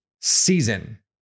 season